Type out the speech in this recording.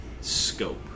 scope